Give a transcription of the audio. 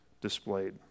displayed